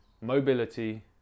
mobility